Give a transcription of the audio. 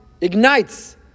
ignites